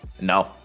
No